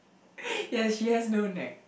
ya she has no neck